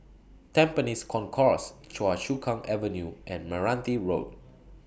Tampines Concourse Choa Chu Kang Avenue and Meranti Road